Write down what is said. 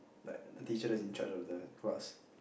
like the teacher that is in charge of the class